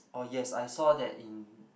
oh yes I saw that in